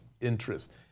interest